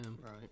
right